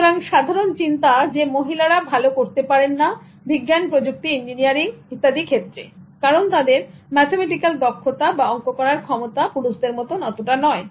সুতরাং সাধারন চিন্তা যে মহিলারা ভালো করতে পারে না বিজ্ঞান প্রযুক্তি ইঞ্জিনিয়ারিং ইত্যাদি ক্ষেত্রে কারণ তাদের ম্যাথমেটিক্যাল দক্ষতা বা অংক করার ক্ষমতা পুরুষদের মতন অতটা নয়